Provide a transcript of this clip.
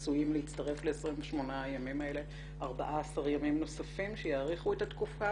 עשויים להצטרף ל-28 הימים האלה 14 ימים נוספים שיאריכו את התקופה,